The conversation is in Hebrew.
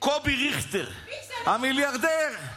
קובי ריכטר, המיליארדר,